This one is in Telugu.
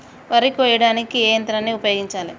వరి కొయ్యడానికి ఏ యంత్రాన్ని ఉపయోగించాలే?